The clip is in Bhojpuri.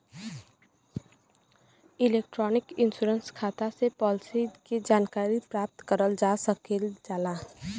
इलेक्ट्रॉनिक इन्शुरन्स खाता से पालिसी के जानकारी प्राप्त करल जा सकल जाला